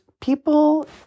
people